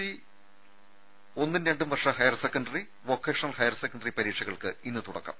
C ഒന്നും രണ്ടും വർഷ് higher secondary vocational higher secondary പരീക്ഷകൾക്ക് ഇന്ന് തുടക്കം